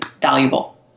valuable